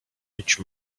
which